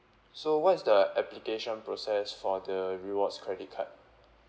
so what is the application process for the rewards credit card